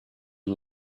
and